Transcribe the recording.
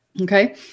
Okay